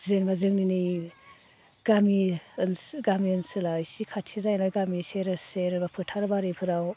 जेनेबा जोंनि नै गामि गामि ओनसोला इसे खाथि जायो नालाय गामि सेर सेर एबा फोथार बारिफोराव